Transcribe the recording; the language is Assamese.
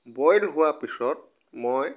বইল হোৱা পিছত মই